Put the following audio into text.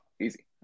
easy